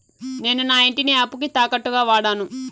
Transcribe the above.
నేను నా ఇంటిని అప్పుకి తాకట్టుగా వాడాను